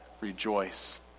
rejoice